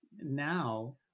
Now